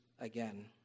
Again